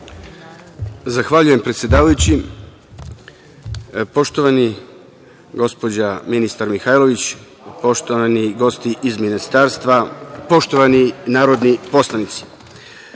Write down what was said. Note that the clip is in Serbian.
Zahvaljujem, predsedavajući. Poštovana gospođo Mihajlović, poštovani gosti iz ministarstva, poštovani narodni poslanici,